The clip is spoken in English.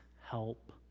help